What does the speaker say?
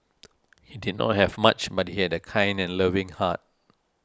he did not have much but he had a kind and loving heart